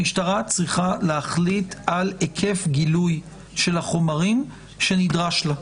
המשטרה צריכה להחליט על היקף גילוי של החומרים שנדרש לה.